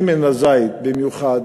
שמן הזית במיוחד,